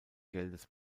geldes